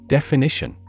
Definition